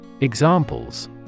Examples